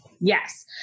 Yes